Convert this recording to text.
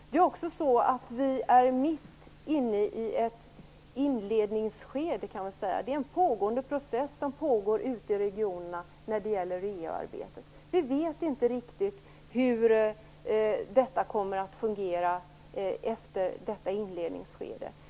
Vi är också mitt inne i ett inledningsskede, kan man säga. Det pågår en process ute i regionerna när det gäller EU-arbetet. Vi vet inte riktigt hur detta kommer att fungera efter det här inledningsskedet.